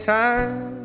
time